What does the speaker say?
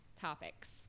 topics